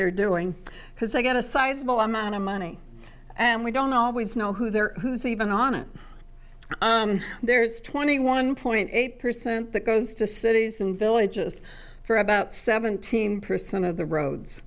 they're doing because they've got a sizable amount of money and we don't always know who they're who's even on it there's twenty one point eight percent that goes to cities and villages for about seventeen percent of the roads